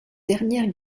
dernière